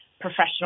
professional